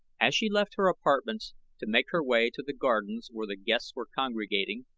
as she left her apartments to make her way to the gardens where the guests were congregating,